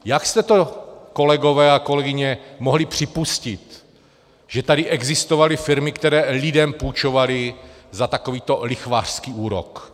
Jak jste to, kolegové a kolegyně, mohli připustit, že tady existovaly firmy, které lidem půjčovaly za takovýto lichvářský úrok?